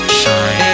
shine